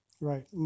right